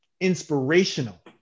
inspirational